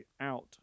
out